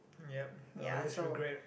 yup or else regret